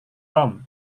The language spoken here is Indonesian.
tom